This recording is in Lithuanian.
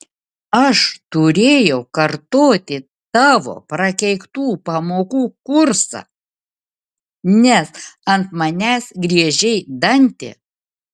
aš turėjau kartoti tavo prakeiktų pamokų kursą nes ant manęs griežei dantį